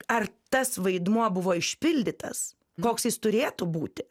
ar tas vaidmuo buvo išpildytas koks jis turėtų būti